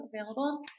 available